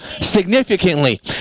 significantly